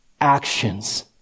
actions